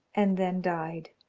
and then died.